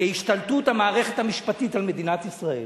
להשתלטות המערכת המשפטית על מדינת ישראל,